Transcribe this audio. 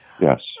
Yes